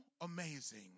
amazing